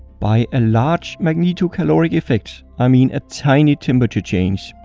by a large magnetocaloric effect i mean a tiny temperature change.